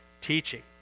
teaching